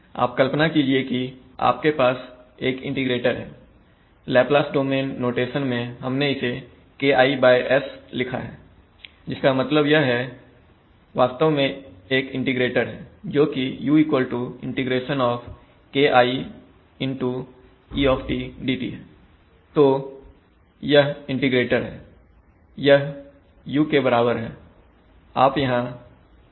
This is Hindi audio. अब कल्पना कीजिए की आपके पास एक इंटीग्रेटर है लेप्लास डोमेन नोटेशन में हमने इसे KiS लिखा है जिसका मतलब है यह वास्तव में एक इंटीग्रेटर है जोकि U ∫ Ki e d तो यह इंटीग्रेटर है यह u के बराबर है